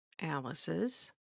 Alice's